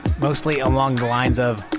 mostly along the lines of,